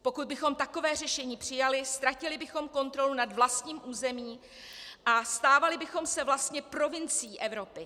Pokud bychom takové řešení přijali, ztratili bychom kontrolu nad vlastním územím a stávali bychom se vlastně provincií Evropy.